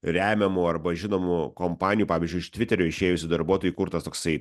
remiamų arba žinomų kompanijų pavyzdžiui iš tviterio išėjusių darbuotojų kurtas toksai